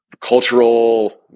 cultural